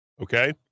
Okay